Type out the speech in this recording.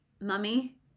Mummy